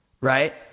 right